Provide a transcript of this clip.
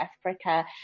Africa